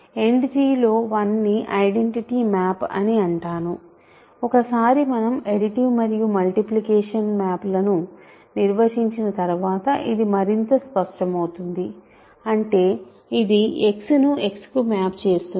End లో 1ని identity map అని అంటాను ఒకసారి మనం అడిటివ్ మరియు మల్టిప్లికేటివ్ మాప్ లను నిర్వచించిన తరువాత ఇది మరింత అర్థవంతమవుతుంది అంటే ఇది x ను x కు మ్యాప్ చేస్తుంది